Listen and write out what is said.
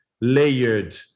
layered